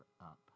up